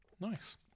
Nice